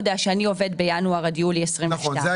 הרעיון היה --- הבנתי,